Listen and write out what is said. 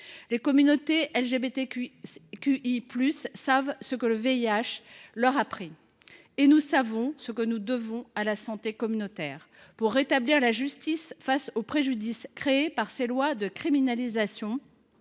Les communautés LGBTQI+ savent ce que le VIH leur a pris. Et nous savons ce que nous devons à la santé communautaire. Pour rétablir la justice face aux préjudices créés par ces lois de criminalisation